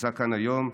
שנמצא כאן היום,